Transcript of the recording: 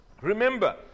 remember